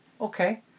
Okay